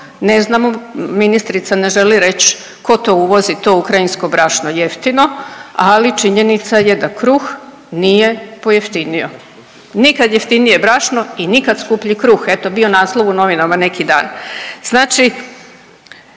ne znamo, ministrica ne želi reći tko to uvozi to ukrajinsko brašno jeftino, ali činjenica je da kruh nije pojeftinio. Nikad jeftinije brašno i nikad skuplji kruh. Eto, bio naslov u novinama neki dan.